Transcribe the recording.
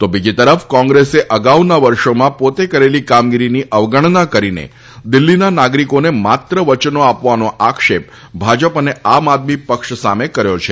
તો બીજી તરફ કોંગ્રેસે અગાઉના વર્ષોમાં પોતે કરેલી કામગીરીની અવગણના કરીને દિલ્ફીના નાગરિકોને માત્ર વચનો આપવાનો આક્ષેપ ભાજપ અને આમઆદમી પક્ષ સામે કર્યો છે